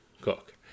cook